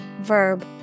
verb